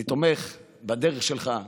אני תומך בדרך שלך.